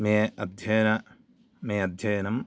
मे अध्ययन मे अध्ययनं